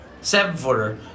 seven-footer